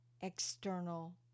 external